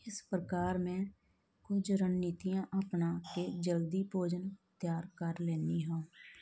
ਇਸ ਪ੍ਰਕਾਰ ਮੈਂ ਕੁਝ ਰਣਨੀਤੀਆਂ ਅਪਣਾ ਕੇ ਜਲਦੀ ਭੋਜਨ ਤਿਆਰ ਕਰ ਲੈਂਦੀ ਹਾਂ